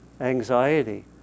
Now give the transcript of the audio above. anxiety